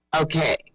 Okay